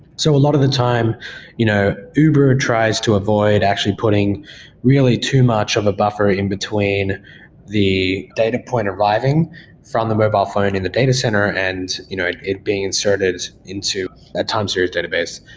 so a lot of the time you know uber uber tries to avoid actually putting really too much of a buffer in between the data point arriving from the mobile phone in the data center and you know it it being inserted into a time series database.